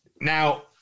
now